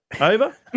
Over